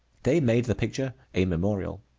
they made the picture a memorial.